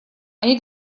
они